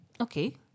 okay